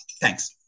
Thanks